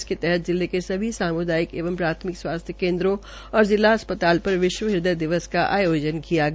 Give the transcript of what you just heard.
इसके तहत जिले के सभी साम्दायिक एवं प्राथमिक स्वासथ्य केन्द्रों और जिला अस्पताल पर विश्व हद्वय दिवस का आयोजन किया गया